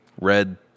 red